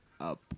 up